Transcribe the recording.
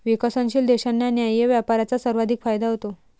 विकसनशील देशांना न्याय्य व्यापाराचा सर्वाधिक फायदा होतो